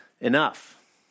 enough